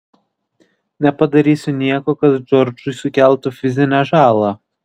nepadarysiu nieko kas džordžui sukeltų fizinę žalą